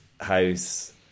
house